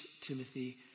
Timothy